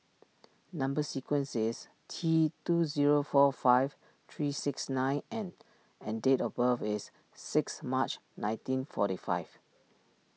Number Sequence is T two zero four five three six nine N and date of birth is six March nineteen forty five